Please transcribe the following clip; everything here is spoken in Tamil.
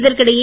இதற்கிடையே